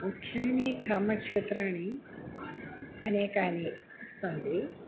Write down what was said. मुख्यानि कर्मक्षेत्राणि अनेकानि सन्ति